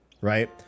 right